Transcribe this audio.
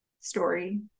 story